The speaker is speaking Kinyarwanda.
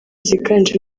ziganje